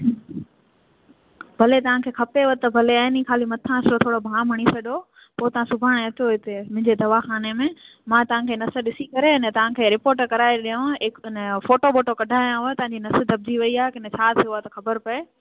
भले तव्हांखे खपेव त भले आहिनि खाली मथां सो थोरो बाम हणी छॾियो पोइ तव्हां सुभाणे अचो हिते मुंहिंजे दवाखाने में मां तव्हांखे नस ॾिसी करे अने रिपोट कराए ॾियांव एक उन जो फोटो बोटो कढायांव तव्हांजी नस दॿजी वई आहे की न छा थियो आहे त ख़बर पए